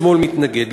השמאל מתנגד,